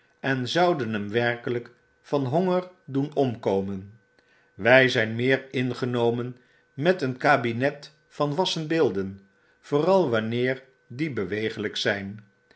en zouden hem werkelijk van honger doen omkomen wij zijn meer ingenomen met een kabinet van wassenbeelden vooral wanneer die beweeglijk zijn